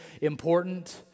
important